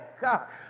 God